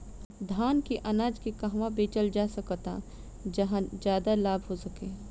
धान के अनाज के कहवा बेचल जा सकता जहाँ ज्यादा लाभ हो सके?